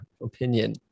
opinion